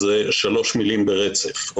זה שלוש מילים ברצף.